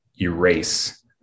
erase